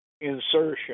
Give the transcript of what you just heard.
insertion